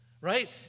Right